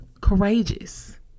courageous